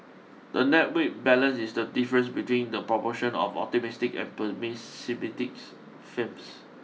the net weight balance is the difference between the proportion of optimistic and pessimistic firms